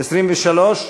23?